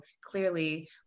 clearly